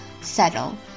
Settle